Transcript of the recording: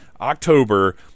October